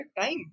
time